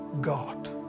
God